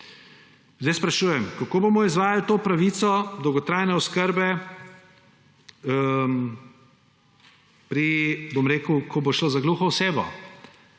zdaj sprašujem, kako bomo izvajali to pravico dolgotrajne oskrbe, ko bo šlo za gluho osebo.